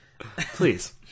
Please